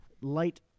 light